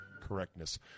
correctness